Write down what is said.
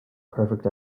perfect